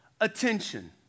attention